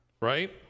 right